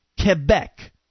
Quebec